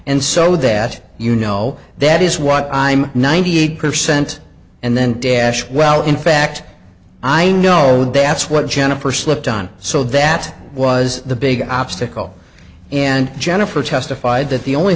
and so that you know that is what i'm ninety eight percent and then dash well in fact i know that's what jennifer slipped on so that was the big obstacle and jennifer testified that the only